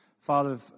father